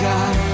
God